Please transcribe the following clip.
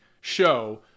show